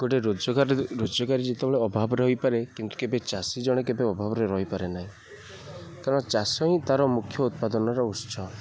ଗୋଟେ ରୋଜଗାର ରୋଜଗାରୀ ଯେତେବେଳେ ଅଭାବରେ ରହିପାରେ କିନ୍ତୁ କେବେ ଚାଷୀ ଜଣେ କେବେ ଅଭାବରେ ରହିପାରେ ନାହିଁ କାରଣ ଚାଷ ହିଁ ତାର ମୁଖ୍ୟ ଉତ୍ପାଦନର ଉତ୍ସ